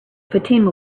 fatima